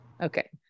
Okay